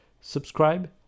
subscribe